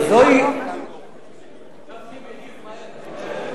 אלקין מגיב מהר.